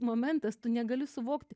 momentas tu negali suvokti